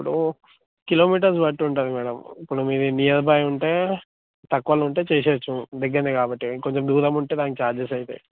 ఇప్పుడు కిలోమీటర్స్ బట్టి ఉంటుంది మ్యాడం ఇప్పుడు మీది నియర్ బై ఉంటే తక్కువలో ఉంటే చేయచ్చు దగ్గర కాబట్టి కొంచెం దూరం ఉంటే దానికి చార్జెస్ అవుతాయి